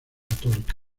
católica